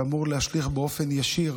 שאמור להשליך באופן ישיר